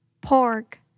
Pork